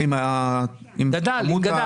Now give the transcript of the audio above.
כן.